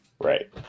right